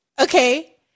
Okay